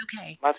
okay